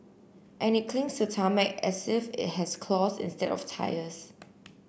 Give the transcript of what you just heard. and it clings to tarmac as if it has claws instead of tyres